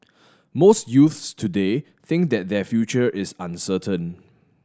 most youths today think that their future is uncertain